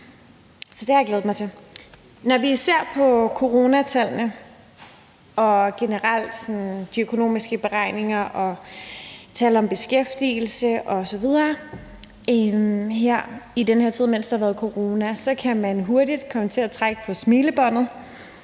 Når vi ser på coronatallene og de økonomiske beregninger og tal for beskæftigelse osv. generelt i den her tid, mens der har været corona, kan man hurtigt komme til at trække på smilebåndet